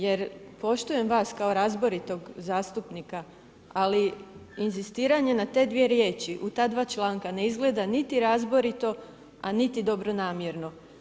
Jer poštujem vas kao razboritog zastupnika ali inzistiranje na te dvije riječi u ta dva članka ne izgleda niti razborito a niti dobronamjerno.